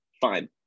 fine